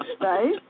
Right